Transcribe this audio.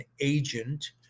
agent